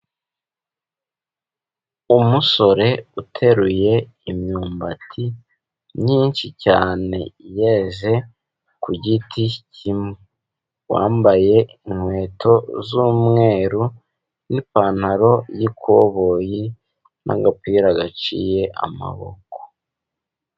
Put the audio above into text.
Umusore uteruye imyumbati myinshi cyane yeze ku giti kimwe, wambaye inkweto z'umweru n'ipantaro y'ikoboyi, n'agapira gaciye amaboko.